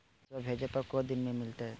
पैसवा भेजे पर को दिन मे मिलतय?